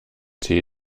tee